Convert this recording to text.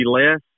less